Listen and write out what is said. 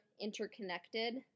interconnected